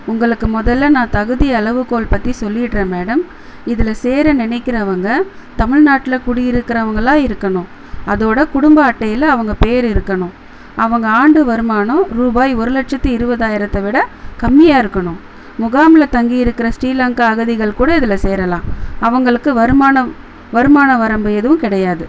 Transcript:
உங்களுக்கு முதல்ல நான் தகுதி அளவுகோல் பற்றி சொல்லிடுறேன் மேடம் இதில் சேர நினைக்கிறவங்க தமிழ்நாட்டில் குடியிருக்குறவங்களாக இருக்கணும் அதோடு குடும்ப அட்டையில் அவங்க பெயரு இருக்கணும் அவங்க ஆண்டு வருமானம் ரூபாய் ஒரு லட்சத்தி இருபதாயிரத்த விட கம்மியாக இருக்கணும் முகாமில் தங்கியிருக்கிற ஸ்ரீலங்கா அகதிகள் கூட இதில் சேரலாம் அவங்களுக்கு வருமானம் வருமான வரம்பு எதுவும் கிடையாது